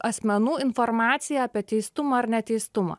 asmenų informacija apie teistumą ar neteistumą